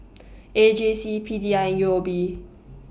A J C P D I and U O B